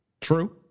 True